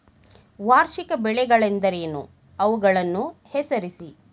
ವಾರ್ಷಿಕ ಬೆಳೆಗಳೆಂದರೇನು? ಅವುಗಳನ್ನು ಹೆಸರಿಸಿ?